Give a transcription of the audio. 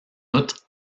outre